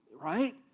right